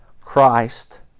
Christ